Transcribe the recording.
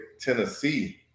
Tennessee